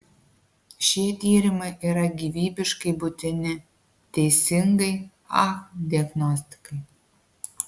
šie tyrimai yra gyvybiškai būtini teisingai ah diagnostikai